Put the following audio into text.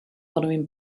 following